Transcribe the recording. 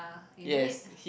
you do it